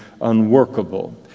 unworkable